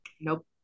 nope